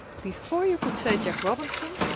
before you could say jack robinson,